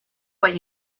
what